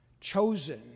chosen